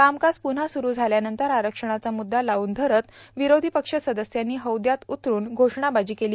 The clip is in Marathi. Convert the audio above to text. कामकाज पुन्हा सुरु झाल्यानंतर आरक्षणाचा मुद्दा लाऊन धरत विरोधीपक्ष सदस्यांनी हौदेत उतरुन घोषणाबाजी केली